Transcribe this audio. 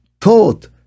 taught